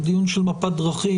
הוא דיון של מפת דרכים,